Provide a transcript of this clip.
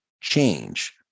change